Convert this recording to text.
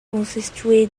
constitué